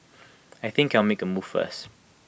I think I'll make A move first